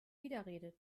widerrede